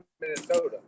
Minnesota